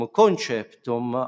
conceptum